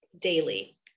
daily